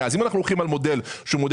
אם אנחנו הולכים על מודל קל,